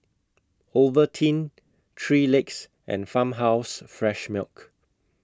Ovaltine three Legs and Farmhouse Fresh Milk